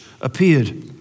appeared